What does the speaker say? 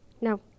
No